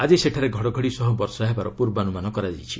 ଆଜି ସେଠାରେ ଘଡ଼ଘଡ଼ି ସହ ବର୍ଷା ହେବାର ପୂର୍ବାନୁମାନ କରାଯାଇଛି